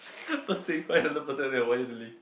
first thing find another person that want you to live